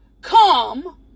come